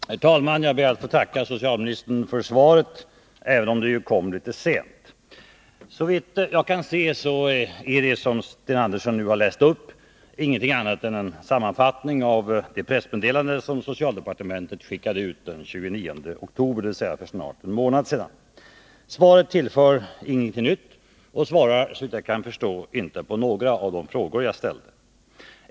Herr talman! Jag ber att få tacka socialministern för svaret, även om det kom litet sent. Såvitt jag kan se är det som Sten Andersson nu har läst upp ingenting annat än en sammanfattning av det pressmeddelande som socialdepartementet skickade ut den 29 oktober, dvs. för snart en månad sedan. Svaret tillför ingenting nytt och gerinte, såvitt jag kan förstå, svar på några av de frågor jag ställde.